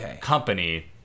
company